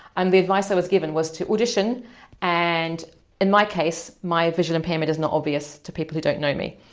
and the advice i was given was to audition and in my case my visual impairment is not obvious to people who don't know me,